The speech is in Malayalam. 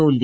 തോൽവി